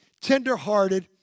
tenderhearted